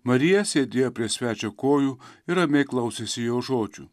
marija sėdėjo prie svečio kojų ir ramiai klausėsi jo žodžių